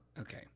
Okay